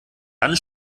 dann